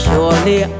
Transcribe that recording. Surely